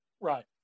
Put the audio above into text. Right